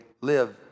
live